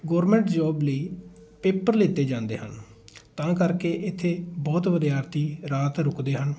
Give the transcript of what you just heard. government job ਲਈ paper ਲੀਤੇ ਜਾਂਦੇ ਹਨ ਤਾਂ ਕਰਕੇ ਇੱਥੇ ਬਹੁਤ ਵਿਦਿਆਰਥੀ ਰਾਤ ਰੁਕਦੇ ਹਨ